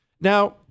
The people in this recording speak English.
Now